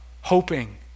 hoping